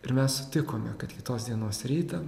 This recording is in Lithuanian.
ir mes sutikome kad kitos dienos rytą